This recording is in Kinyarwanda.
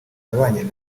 yabanye